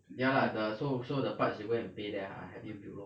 ya lah the so so the parts you go and pay then I hel~ help you build lor